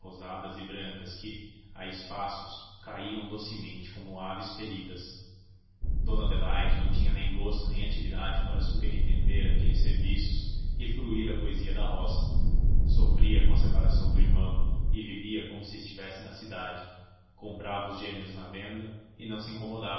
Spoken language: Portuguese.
rosadas e brancas que a espaços caíam docemente como aves feridas dona adelaide não tinha nem gosto nem atividade para superintender aqueles serviços e fruir a poesia da roça sofria com a separação do irmão e vivia como se estivesse na cidade comprava os gêneros na venda e não se incomodava